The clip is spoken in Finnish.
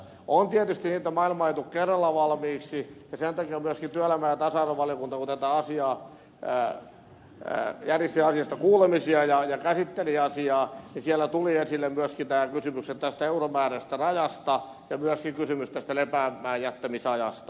on tietysti niin että maailma ei tule kerralla valmiiksi ja sen takia myöskin työelämä ja tasa arvovaliokunnassa kun se järjesti asiasta kuulemisia ja käsitteli asiaa tulivat esille myöskin nämä kysymykset tästä euromääräisestä rajasta ja myöskin kysymys tästä lepäämäänjättämisajasta